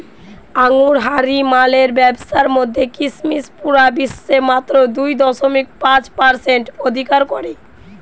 আঙুরহারি মালের ব্যাবসার মধ্যে কিসমিস পুরা বিশ্বে মাত্র দুই দশমিক পাঁচ পারসেন্ট অধিকার করে